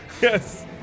Yes